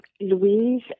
Louise